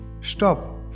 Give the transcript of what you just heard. stop